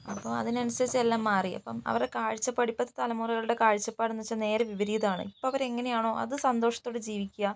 അപ്പോൾ അതിനനുസരിച്ച് എല്ലാം മാറി ഇപ്പം അവരുടെ കാഴ്ചപ്പാട് ഇപ്പത്തെ തലമുറകളുടെ കാഴ്ചപ്പാട് എന്നുവെച്ചാൽ നേരെ വിപരീതാണ് ഇപ്പോൾ അവര് എങ്ങനെയാണോ അത് സന്തോഷത്തോടെ ജീവിക്കുക